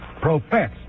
profess